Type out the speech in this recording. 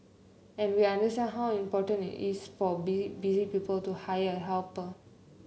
and we understand how important it's for be busy people to hire a helper